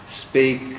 Speak